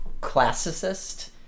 classicist